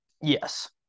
yes